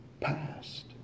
past